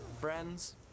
Friends